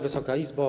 Wysoka Izbo!